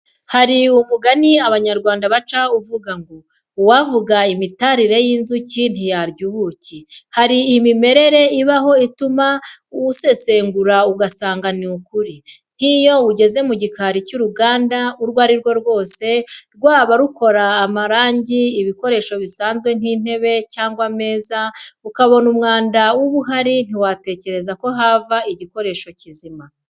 Hari umugani Abanyarwanda baca uvuga ngo: ''Uwavuga imitarire y'inzuki ntiyarya ubuki." Hari imimerere ibaho ituma uwusesengura ugasanga ni ukuri, nk'iyo ugeze mu gikari cy'uruganda urwo ari rwo rwose, rwaba rukora amarangi, ibikoresho bisanzwe nk'intebe cyangwa ameza, ukabona umwanda uba uhari, ntiwatekereza ko hava igikoresho kizima.